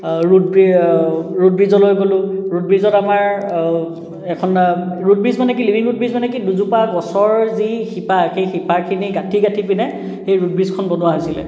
root ব্ৰি root ব্ৰিজলৈ গ'লোঁ ৰুট ব্ৰিজত আমাৰ এখন ৰুট ব্ৰিজ মানে লিভিং ৰুট ব্ৰিজ মানে কি দুজোপা গছৰ যি শিপা সেই শিপাখিনি গাঁঠি গাঁঠি পিনে সেই ৰুট ব্ৰিজখন বনোৱা হৈছিলে